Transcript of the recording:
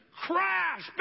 crash